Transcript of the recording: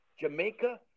Jamaica